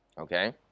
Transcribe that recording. okay